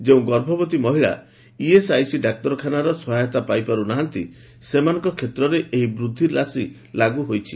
ଯେଉଁ ଗର୍ଭବତୀ ମହିଳା ଇଏସ୍ଆଇସି ଡାକ୍ତରଖାନାର ସହାୟତା ପାଇପାର୍ ନାହାନ୍ତି ସେମାନଙ୍କ କ୍ଷେତ୍ରରେ ଏହି ବୃଦ୍ଧି ରାଶି ଲାଗୁ ହୋଇଛି